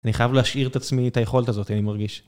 אני חייב להשאיר את עצמי את היכולת הזאת, אני מרגיש.